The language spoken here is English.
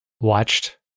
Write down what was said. Watched